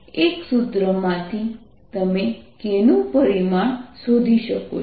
એક સૂત્રમાંથી તમે kનું પરિમાણ શોધી શકો છો